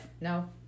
No